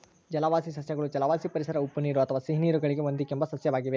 ಜಲವಾಸಿ ಸಸ್ಯಗಳು ಜಲವಾಸಿ ಪರಿಸರ ಉಪ್ಪುನೀರು ಅಥವಾ ಸಿಹಿನೀರು ಗಳಿಗೆ ಹೊಂದಿಕೆಂಬ ಸಸ್ಯವಾಗಿವೆ